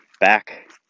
Back